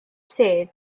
sedd